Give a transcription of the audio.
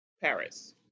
Paris